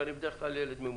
ואני בדרך כלל ילד ממושמע.